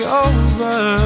over